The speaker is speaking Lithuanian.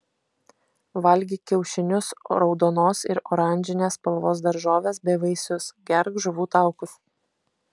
valgyk kiaušinius raudonos ir oranžinės spalvos daržoves bei vaisius gerk žuvų taukus